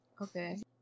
okay